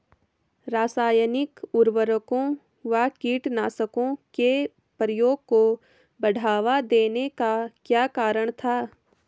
रासायनिक उर्वरकों व कीटनाशकों के प्रयोग को बढ़ावा देने का क्या कारण था?